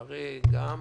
שהרי יש לנו גם